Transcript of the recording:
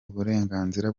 uburenganzira